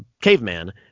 caveman